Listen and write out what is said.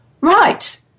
right